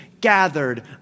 gathered